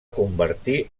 convertir